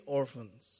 orphans